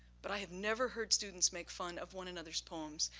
but i had never heard students make fun of one another's poems,